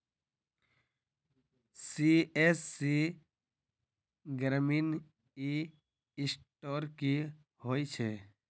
CSC ग्रामीण e store की होइ छै?